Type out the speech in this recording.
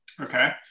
Okay